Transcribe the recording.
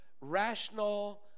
rational